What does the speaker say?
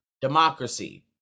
democracy